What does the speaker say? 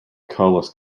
carlos